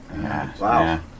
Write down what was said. Wow